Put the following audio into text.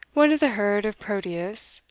one of the herd of proteus,